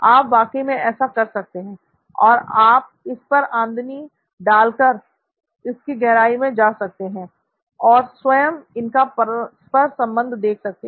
आप वाकई में ऐसा कर सकते हैं और आप इस पर आमदनी डालकर इसकी गहराई मैं जा सकते हैं और स्वयं इनका परस्पर संबंध देख सकते हैं